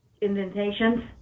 indentations